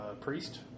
priest